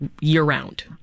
year-round